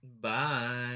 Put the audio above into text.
Bye